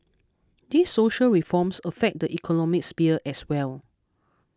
these social reforms affect the economic sphere as well